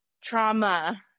trauma